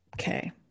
Okay